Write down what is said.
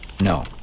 no